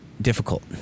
Difficult